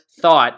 thought